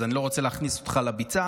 אז אני לא רוצה להכניס אותך לביצה,